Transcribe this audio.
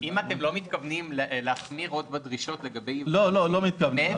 אם אתם לא מתכוונים להחמיר עוד בדרישות --- לא מתכוונים להחמיר.